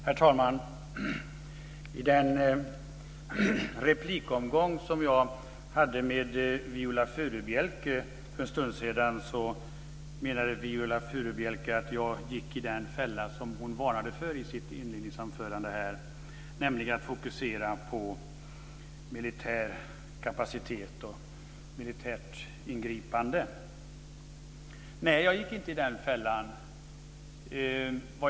Herr talman! I den replikomgång som jag för en stund sedan hade med Viola Furubjelke menade Viola Furubjelke att jag gick i den fälla som hon varnade för i sitt inledningsanförande, nämligen att fokusera på militär kapacitet och militärt ingripande. Nej, jag gick inte i den fällan.